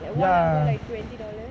like one hour like twenty dollars